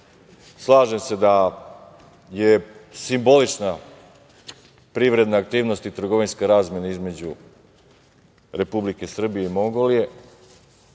Slažem se da je simbolična privredna aktivnost i trgovinska razmena između Republike Srbije i Mongolije.